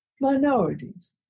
minorities